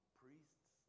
priests